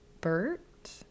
Bert